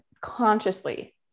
consciously